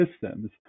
systems